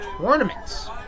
Tournaments